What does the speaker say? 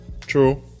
True